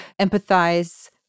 empathize